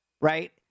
right